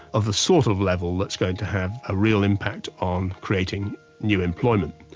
of the sort of level that's going to have a real impact on creating new employment.